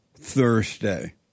Thursday